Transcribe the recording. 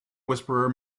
whisperer